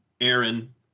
Aaron